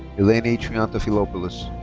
eleni triantafillopoulos.